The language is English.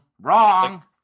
Wrong